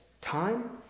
time